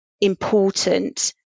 important